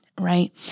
Right